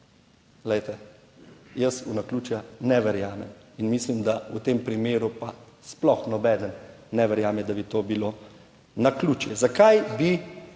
Glejte, jaz v naključja ne verjamem in mislim, da v tem primeru pa sploh nobeden ne verjame, da bi to bilo naključje. Zakaj bi